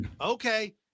Okay